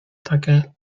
takie